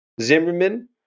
Zimmerman